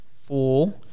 Four